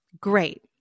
Great